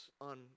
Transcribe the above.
on